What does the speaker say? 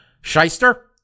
shyster